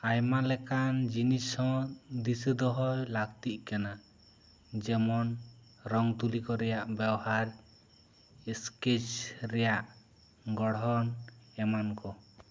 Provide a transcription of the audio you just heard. ᱟᱭᱢᱟ ᱞᱮᱠᱟᱱ ᱡᱤᱱᱤᱥ ᱦᱚᱸ ᱫᱤᱥᱟᱹ ᱫᱚᱦᱚᱭ ᱞᱟᱹᱠᱛᱤᱜ ᱠᱟᱱᱟ ᱡᱮᱢᱚᱱ ᱨᱚᱝ ᱛᱩᱞᱤ ᱠᱚ ᱨᱮᱱᱟᱜ ᱵᱮᱣᱦᱟᱨ ᱮᱥᱠᱮᱪ ᱨᱮᱭᱟᱜ ᱜᱚᱲᱦᱚᱱ ᱮᱢᱟᱱ ᱠᱚ